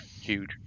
Huge